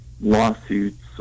lawsuits